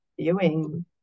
viewing